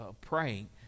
praying